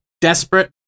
desperate